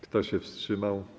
Kto się wstrzymał?